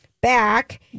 back